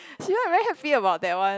she not very happy about that one